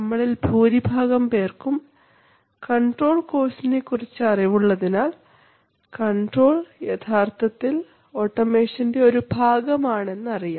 നമ്മളിൽ ഭൂരിഭാഗം പേർക്കും കൺട്രോൾ കോഴ്സിനെ കുറിച്ച് അറിവുള്ളതിനാൽ കൺട്രോൾ യഥാർത്ഥത്തിൽ ഓട്ടോമേഷൻറെ ഒരു ഭാഗം ആണെന്ന് അറിയാം